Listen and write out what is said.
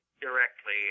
directly